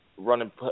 running